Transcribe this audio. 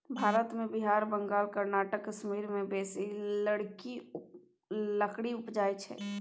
भारत मे बिहार, बंगाल, कर्नाटक, कश्मीर मे बेसी लकड़ी उपजइ छै